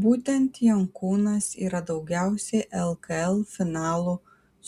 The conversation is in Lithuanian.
būtent jankūnas yra daugiausiai lkl finalų